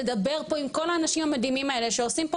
לדבר פה עם כל האנשים המדהימים האלה שעושים פה